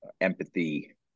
empathy